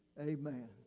Amen